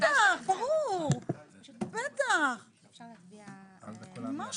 לא באופן ישיר אפשר יהיה להסכים עליו,